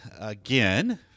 again